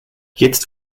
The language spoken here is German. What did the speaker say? jetzt